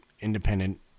independent